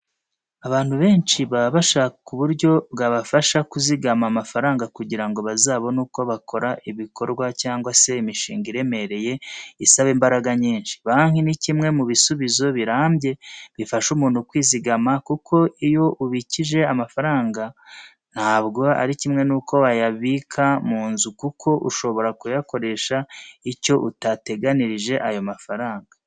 Abantu benshi baba bashaka uburyo bwabafasha kuzigama amafaranga kugira ngo bazabone uko bakora ibikorwa cyangwa se imishinga iremereye isaba imbaraga nyinshi. Banki ni kimwe mu bisubizo birambye bifasha umuntu kwizigama kuko iyo ubikijeho amafaranga ntabwo ari kimwe n'uko wayabika mu nzu kuko ushobora kuyakoresha icyo utateganirije ayo mafaranga.